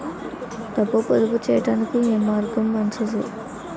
డబ్బు పొదుపు చేయటానికి ఏ మార్గం మంచిది?